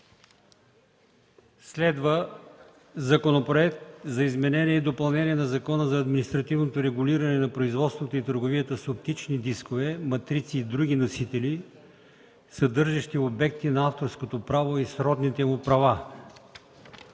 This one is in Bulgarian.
на Законопроекта за изменение и допълнение на Закона за административното регулиране на производството и търговията с оптични дискове, матрици и други носители, съдържащи обекти на авторското право и сродните му права.